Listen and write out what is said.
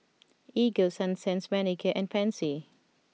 Ego Sunsense Manicare and Pansy